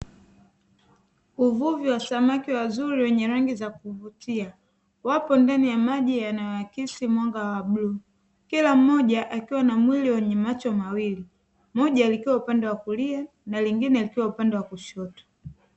Uvuvi wa samaki wazuri wenye rangi za kuvutia wapo ndani ya maji yanayoakisi mwanga wa blue, kila mmoja akiwa na mwili na macho mawili, moja likiwa upande wa kulia na lingine akiwa upande wa kushoto.